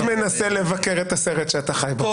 אני בהחלט מנסה לבקר את הסרט שאתה חי בו.